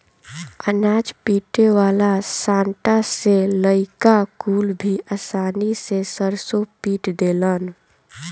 अनाज पीटे वाला सांटा से लईका कुल भी आसानी से सरसों पीट देलन